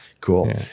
Cool